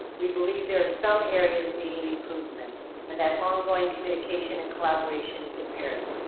we believe there are some areas needing improvement and that ongoing communication and collaboration is imperative.